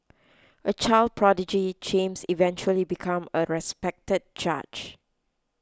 a child prodigy James eventually become a respected judge